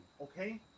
okay